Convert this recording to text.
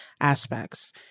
aspects